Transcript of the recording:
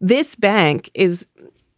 this bank is